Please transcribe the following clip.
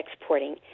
exporting